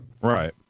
Right